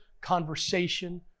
conversation